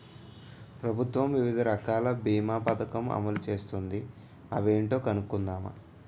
ప్రభుత్వం వివిధ రకాల బీమా పదకం అమలు చేస్తోంది అవేంటో కనుక్కుందామా?